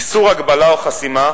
5. איסור הגבלה או חסימה,